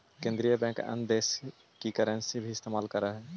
केन्द्रीय बैंक अन्य देश की करन्सी भी इस्तेमाल करअ हई